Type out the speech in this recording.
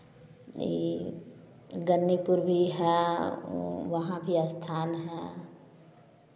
यह गन्नीपुर भी है वहाँ भी स्थान है